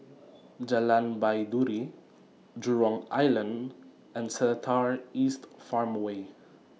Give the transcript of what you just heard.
Jalan Baiduri Jurong Island and Seletar East Farmway